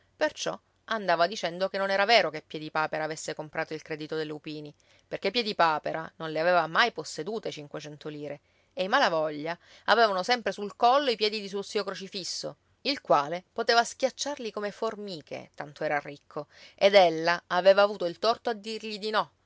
perciò andava dicendo che non era vero che piedipapera avesse comprato il credito dei lupini perché piedipapera non le aveva mai possedute cinquecento lire e i malavoglia avevano sempre sul collo i piedi di suo zio crocifisso il quale poteva schiacciarli come formiche tanto era ricco ed ella aveva avuto torto a dirgli di no